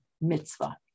Mitzvah